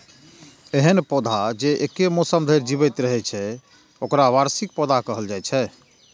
एहन पौधा जे एके मौसम धरि जीवित रहै छै, ओकरा वार्षिक पौधा कहल जाइ छै